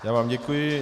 Já vám děkuji.